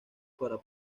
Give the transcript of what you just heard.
para